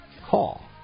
call